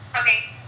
Okay